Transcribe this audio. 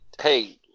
hey